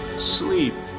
sleep,